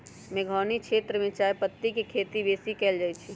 मेघौनी क्षेत्र में चायपत्ति के खेती बेशी कएल जाए छै